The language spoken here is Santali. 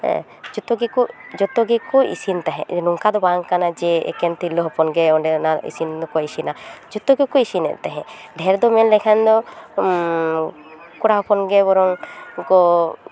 ᱡᱚᱛᱚ ᱜᱮᱠᱚ ᱡᱚᱛᱚ ᱜᱮᱠᱚ ᱤᱥᱤᱱ ᱛᱟᱦᱮᱫ ᱡᱮ ᱱᱚᱝᱠᱟ ᱫᱚ ᱵᱟᱝ ᱠᱟᱱᱟ ᱡᱮ ᱮᱠᱷᱮᱱ ᱛᱤᱨᱞᱟᱹ ᱦᱚᱯᱚᱱ ᱜᱮ ᱚᱸᱰᱮ ᱚᱱᱟ ᱤᱥᱤᱱ ᱫᱚᱠᱚ ᱤᱥᱤᱱᱟ ᱡᱚᱛᱚ ᱜᱮᱠᱚ ᱤᱥᱤᱱᱮᱫ ᱛᱟᱦᱮᱫ ᱰᱷᱮᱨ ᱫᱚ ᱢᱮᱱ ᱞᱮᱠᱷᱟᱱ ᱫᱚ ᱠᱚᱲᱟ ᱦᱚᱯᱚᱱ ᱜᱮ ᱵᱚᱨᱚᱝ ᱩᱱᱠᱩ ᱠᱚ